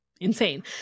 insane